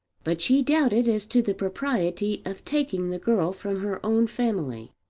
but she doubted as to the propriety of taking the girl from her own family.